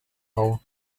out